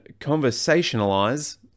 conversationalize